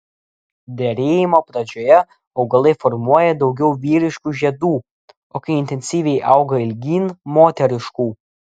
derėjimo pradžioje augalai formuoja daugiau vyriškų žiedų o kai intensyviai auga ilgyn moteriškų